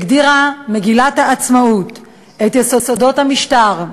הגדירה מגילת העצמאות את יסודות המשטר,